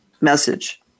message